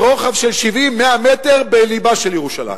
ברוחב של 70 100 מטר, בלבה של ירושלים?